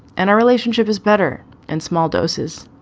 and our relationship is better in small doses.